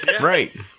Right